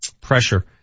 pressure